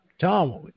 Tom